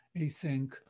async